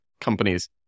Companies